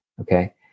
okay